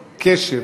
קשב.